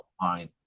fine